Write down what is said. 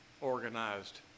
organized